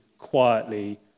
quietly